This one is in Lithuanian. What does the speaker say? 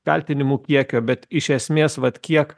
kaltinimų kiekio bet iš esmės vat kiek